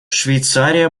швейцария